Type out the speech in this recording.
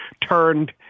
turned